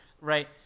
Right